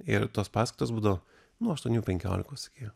ir tos paskaitos būdavo nuo aštuonių penkiolikos iki